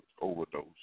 overdose